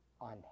on